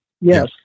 yes